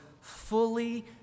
fully